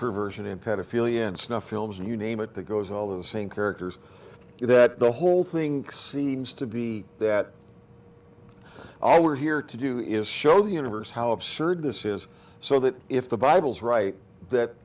films and you name it that goes all the same characters that the whole thing seems to be that all we're here to do is show the universe how absurd this is so that if the bible's right that